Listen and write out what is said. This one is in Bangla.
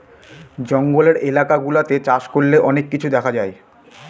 জঙ্গলের এলাকা গুলাতে চাষ করলে অনেক কিছু দেখা যায়